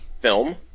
film